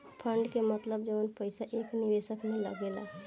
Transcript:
fund के मतलब जवन पईसा एक निवेशक में लागेला